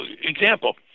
example